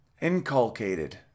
Inculcated